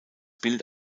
bild